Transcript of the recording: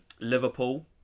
Liverpool